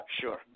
Sure